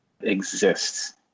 exists